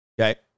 Okay